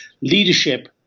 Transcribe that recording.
leadership